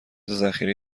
ذخیره